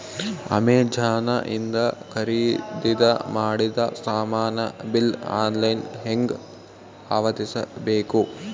Amazon ಇಂದ ಖರೀದಿದ ಮಾಡಿದ ಸಾಮಾನ ಬಿಲ್ ಆನ್ಲೈನ್ ಹೆಂಗ್ ಪಾವತಿಸ ಬೇಕು?